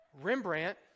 Rembrandt